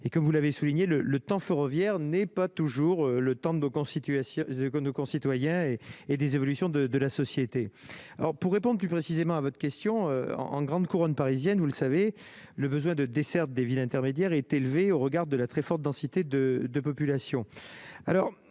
et que vous l'avez souligné le le temps ferroviaire n'est pas toujours le temps de constituer si j'que nos concitoyens et et des évolutions de de la société, alors pour répandre plus précisément à votre question en grande couronne parisienne, vous le savez, le besoin de desserte des villes intermédiaires est élevé au regard de la très forte densité de de population